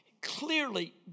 clearly